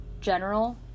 General